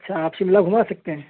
اچھا آپ شملہ گھما سکتے ہیں